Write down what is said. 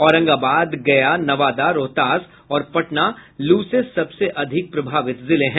औरंगाबाद गया नवादा रोहतास और पटना लू से सबसे अधिक प्रभावित जिले हैं